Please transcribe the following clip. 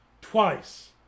Twice